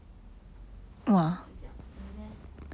对 lor 就是这样你 leh